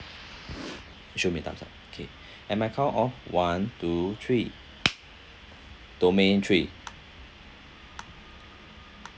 you show me a thumbs up okay at my count of one two three domain three